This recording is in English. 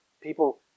People